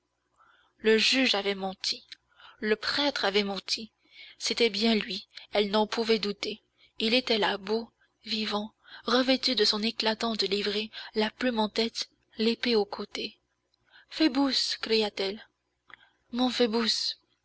le juge avait menti le prêtre avait menti c'était bien lui elle n'en pouvait douter il était là beau vivant revêtu de son éclatante livrée la plume en tête l'épée au côté phoebus cria-t-elle mon